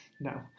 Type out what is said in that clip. No